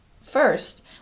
first